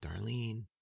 Darlene